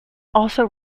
also